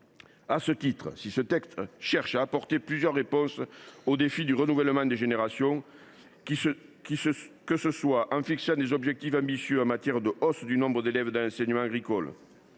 À ce titre, si ce texte cherche à apporter plusieurs réponses au défi du renouvellement des générations, que ce soit en fixant des objectifs ambitieux en matière de hausse du nombre d’élèves de l’enseignement agricole,